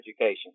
education